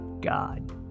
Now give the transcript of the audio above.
God